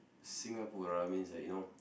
Singapura means like you know